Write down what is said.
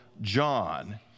John